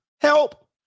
help